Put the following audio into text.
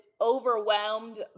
overwhelmed